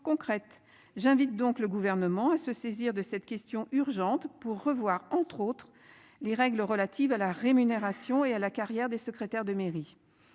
j'invite donc le gouvernement à se saisir de cette question urgente pour revoir, entre autres, les règles relatives à la rémunération et à la carrière des secrétaires de mairie.